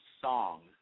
song